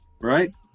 right